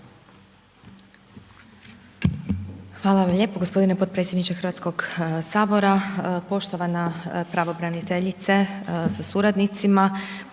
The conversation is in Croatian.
Hvala vam lijepa poštovani potpredsjedniče Hrvatskoga sabora, poštovana pravobraniteljice, članovi